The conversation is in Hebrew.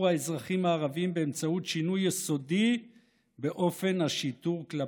האזרחים הערבים באמצעות שינוי יסודי באופן השיטור כלפיהם.